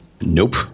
Nope